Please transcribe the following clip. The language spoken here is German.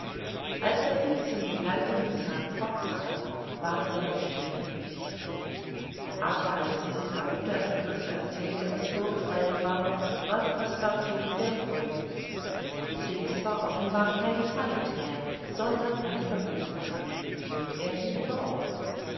als er fix in begleitung des herrn fogg sah ward seine stirne düster aber als mrs aouda in kürze erzählte was vorgefallen war ward passepartout wieder freundlich fix war offenbar kein feind mehr sondern ein verbündeter und er hielt wort